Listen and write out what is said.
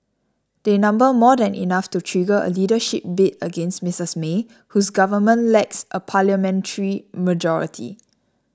they number more than enough to trigger a leadership bid against Mistress May whose government lacks a parliamentary majority